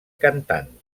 cantant